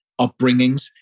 upbringings